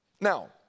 Now